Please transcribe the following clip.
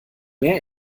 mehr